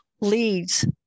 leads